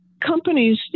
companies